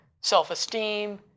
self-esteem